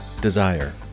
Desire